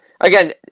again